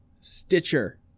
Stitcher